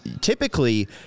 Typically